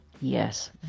yes